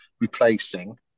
replacing